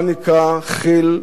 חיל ורעדה.